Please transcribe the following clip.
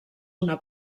una